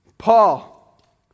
Paul